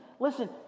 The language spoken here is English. Listen